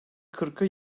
kırkı